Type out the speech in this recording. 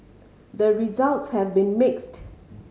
the results have been mixed